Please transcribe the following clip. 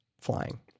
flying